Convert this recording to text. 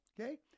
okay